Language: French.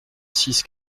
six